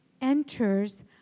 enters